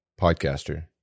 podcaster